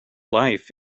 life